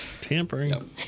Tampering